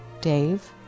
Dave